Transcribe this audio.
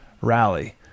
rally